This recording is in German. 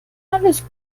alles